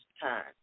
time